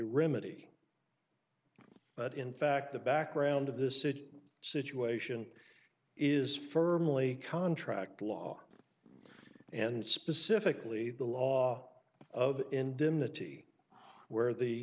remedy but in fact the background of this situation is firmly contract law and specifically the law of indemnity where the